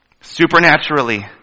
supernaturally